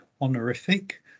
honorific